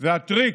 זה הטריק.